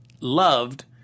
loved